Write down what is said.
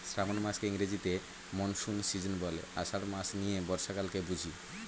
শ্রাবন মাসকে ইংরেজিতে monsoon season বলে, আষাঢ় মাস নিয়ে বর্ষাকালকে বুঝি